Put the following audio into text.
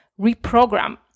reprogram